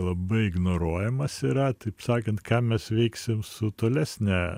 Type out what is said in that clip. labai ignoruojamas yra taip sakant ką mes veiksim su tolesne